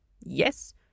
yes